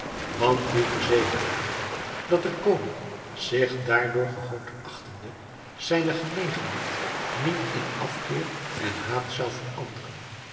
want wie verzekerde haar dat de koning zich daardoor gehoond achtende zijne genegenheid niet in afkeer en haat zou veranderen